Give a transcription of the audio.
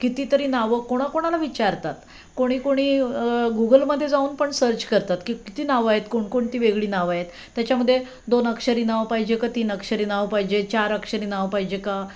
कितीतरी नावं कोणाकोणाला विचारतात कोणी कोणी गुगलमध्ये जाऊन पण सर्च करतात की किती नावं आहेत कोणकोणती वेगळी नावं आहेत त्याच्यामध्ये दोन अक्षरी नावं पाहिजे का तीन अक्षरी नाव पाहिजे चार अक्षरी नाव पाहिजे का